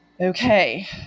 Okay